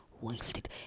wasted